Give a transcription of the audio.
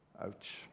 Ouch